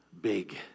big